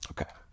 Okay